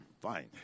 Fine